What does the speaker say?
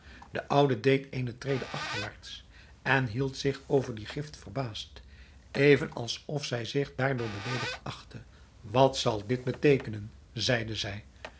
de oude deed eene trede achterwaarts en hield zich over die gift verbaasd even alsof zij zich daardoor beleedigd achtte wat zal dit beteekenen zeide zij